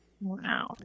Wow